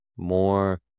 more